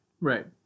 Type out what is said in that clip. Right